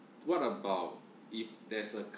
what about if there's a